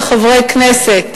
כחברי כנסת,